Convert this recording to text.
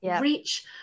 reach